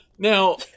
Now